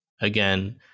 again